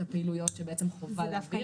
הפעילויות שבעצם חובה להעביר ויכול להיות.